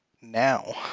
now